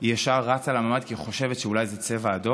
היא ישר רצה לממ"ד כי היא חושבת שאולי זה צבע אדום.